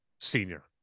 senior